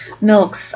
milks